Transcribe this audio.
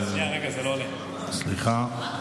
תודה רבה,